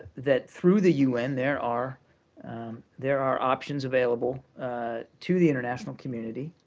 that through the un there are there are options available to the international community,